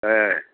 ಹಾಂ